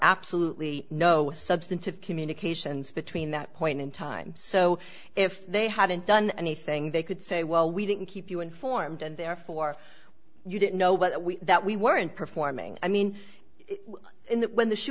absolutely no substantive communications between that point in time so if they hadn't done anything they could say well we didn't keep you informed and therefore you didn't know what we that we weren't performing i mean in that when the shoe